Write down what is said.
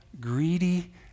greedy